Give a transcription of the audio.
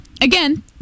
again